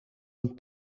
een